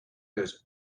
goes